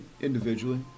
Individually